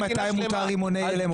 מתי מותר רימוני הלם?